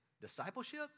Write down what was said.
Discipleship